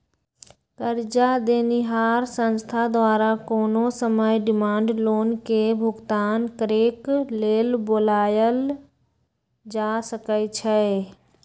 करजा देनिहार संस्था द्वारा कोनो समय डिमांड लोन के भुगतान करेक लेल बोलायल जा सकइ छइ